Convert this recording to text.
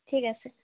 ঠিক আছে